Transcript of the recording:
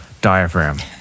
diaphragm